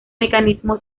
mecanismo